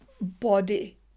body